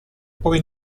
poi